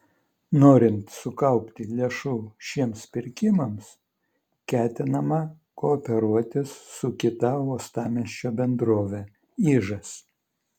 norint sukaupti lėšų šiems pirkimams ketinama kooperuotis su kita uostamiesčio bendrove ižas